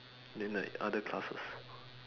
then like other classes